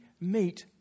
meet